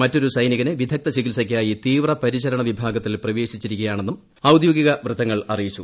മറ്റൊരു സൈനികനെ വിദഗ്ധ ചികിത്സയ്ക്കായി തീവ്രപരിചരണ് വിഭാഗത്തിൽ പ്രവേശിപ്പിച്ചിരിക്കുകയാണെന്നും ഔദ്യോഗിക വൃത്തങ്ങൾ അറിയിച്ചു